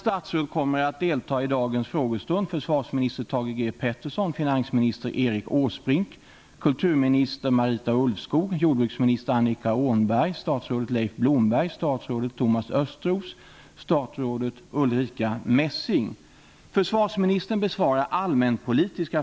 Regeringen representeras av statsminister Göran Persson, utrikesminister Lena Hjelm-Wallén, justitieminister Laila Freivalds, inrikesminister Jörgen Andersson, statsrådet Ylva Johansson, statsrådet Björn von Sydow, och statsrådet Maj-Inger Klingvall.